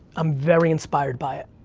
i'm very inspired by it.